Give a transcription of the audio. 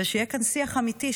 ושיהיה כאן שיח אמיתי,